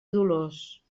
dolors